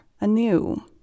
anew